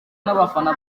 nabafana